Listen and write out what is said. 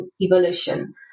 evolution